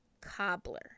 cobbler